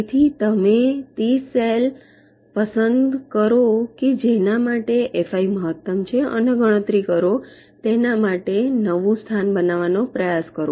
તેથી તમે તે સેલ પસંદ કરો કે જેના માટે એફઆઈ મહત્તમ છે અને ગણતરી કરો તેના માટે નવું સ્થાન બનાવવાનો પ્રયાસ કરો